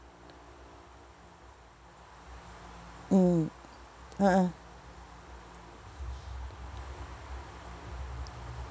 mm a'ah